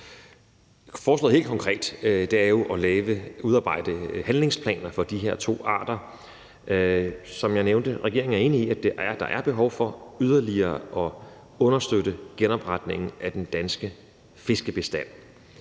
Forslaget helt konkret er jo at udarbejde handlingsplaner for de her to arter. Som jeg nævnte, er regeringen enig i, at der er behov for yderligere at understøtte genopretningen af den danske fiskebestand,